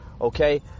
okay